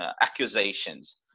accusations